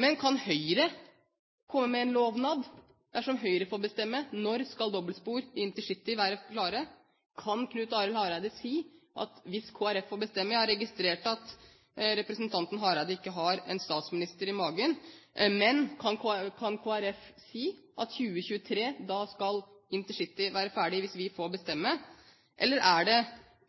Men kan Høyre komme med en lovnad? Dersom Høyre får bestemme, når skal dobbeltspor i intercitytriangelet være klare? Kan Knut Arild Hareide si at hvis Kristelig Folkeparti får bestemme – jeg har registrert at representanten Hareide ikke har en statsminister i magen – skal intercityutbyggingen være ferdig i 2023? Eller er det